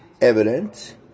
Evident